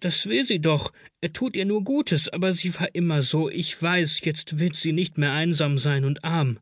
das will sie doch er tut ihr nur gutes aber sie war immer so ich weiß jetzt wird sie nicht mehr einsam sein und arm